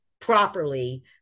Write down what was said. properly